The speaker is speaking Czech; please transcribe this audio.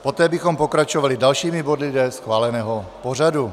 Poté bychom pokračovali dalšími body dle schváleného pořadu.